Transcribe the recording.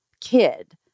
kid